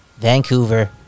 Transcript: Vancouver